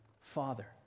Father